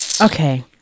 okay